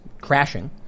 crashing